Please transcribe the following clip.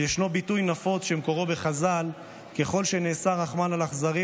וישנו ביטוי נפוץ שמקורו בחז"ל: ככל שנעשה רחמן לאכזרים,